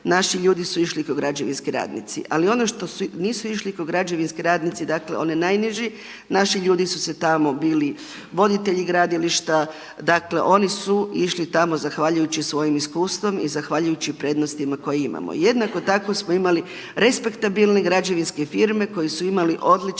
naši ljudi su išli kao građevinski radnici. Ali ono što nisu išli ko građevinski radnici dakle oni najniži naši ljudi su tamo bili voditelji gradilišta, dakle oni su išli tamo zahvaljujući svojem iskustvu i zahvaljujući prednostima koje imamo. Jednako tako smo imali respektabilne građevinske firme koje su imale odlične